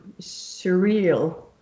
surreal